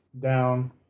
down